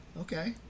Okay